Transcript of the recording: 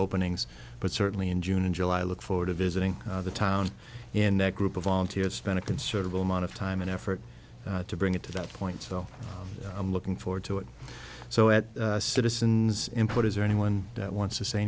opening but certainly in june and july i look forward to visiting the town in that group of volunteers spent a considerable amount of time and effort to bring it to that point so i'm looking forward to it so at citizens input is there anyone that wants to say